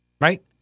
right